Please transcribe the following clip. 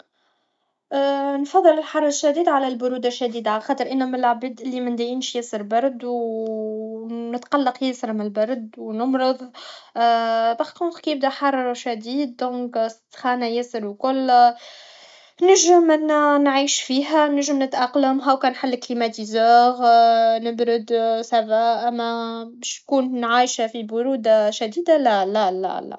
نفضل الحر الشديد على البروده الشديده على خاطر انا من لعباد لي منلايمش ياسر برد و نتقلق ياسر من البرد و نمرض باغكونطخ كي يبدا حر شديد دونك السخانه ياسر و الكل نجم نعيش فيها نجم نتاقلم هاو كان نحل لكليماتيزور نبرد سافا اما باش نكون عايشه في بروده شديده لا لا لا